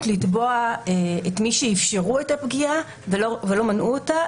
לתבוע את מי שאיפשרו את הפגיעה ולא מנעו אותה,